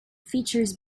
features